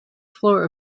floor